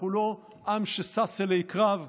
אנחנו לא עם ששש אלי קרב,